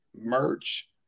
merch